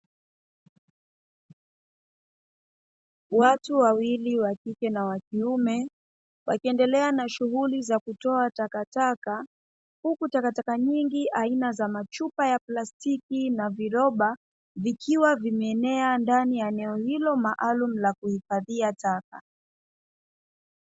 Watu wawili wa kike na wa kiume wakiendelea na shughuli za kutoa takataka, huku takataka nyingi chupa ya plastiki na viroba vikiwa vimeenea ndani ya eneo hilo maalum la kuhifadhia taka.